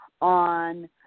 on